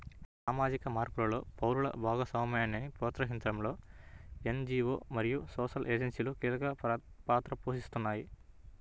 సామాజిక మార్పులో పౌరుల భాగస్వామ్యాన్ని ప్రోత్సహించడంలో ఎన్.జీ.వో మరియు సోషల్ ఏజెన్సీలు కీలక పాత్ర పోషిస్తాయి